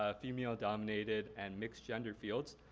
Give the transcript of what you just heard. ah female dominated, and mixed gender fields,